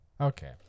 Okay